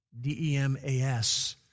D-E-M-A-S